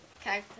Okay